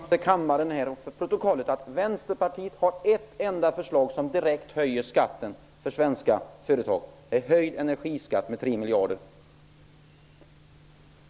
Fru talman! Jag vill upplysa för kammaren och till protokollet få antecknat att Vänsterpartiet har ett enda förslag som direkt höjer skatten för svenska företag, nämligen höjd energiskatt med 3 miljarder.